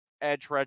edge